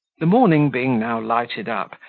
the morning being now lighted up,